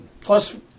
Plus